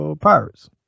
Pirates